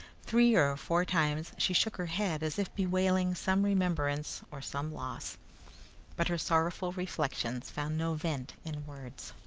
three or four times she shook her head, as if bewailing some remembrance or some loss but her sorrowful reflections found no vent in words.